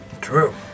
True